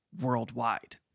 worldwide